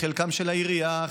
חלקם של העירייה,